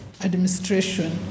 administration